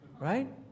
Right